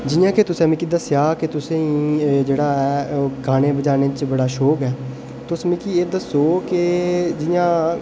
जि'यां कि तुसें मिगी दस्सेआ कि तुसें ई जेह्ड़ा ऐ गाने बजाने च बड़ा शौक ऐ तुस मिगी एह् दस्सो कि जि'यां